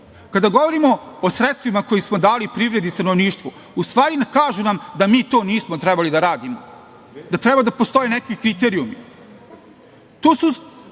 Kada govorimo o sredstvima koja smo dali privredi i stanovništvu u stvari nam kažu da mi to nismo trebali da radimo, da treba da postoje neki kriterijumi.